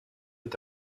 est